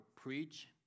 preach